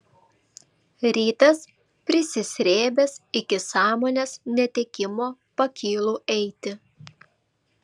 rytas prisisrėbęs iki sąmonės netekimo pakylu eiti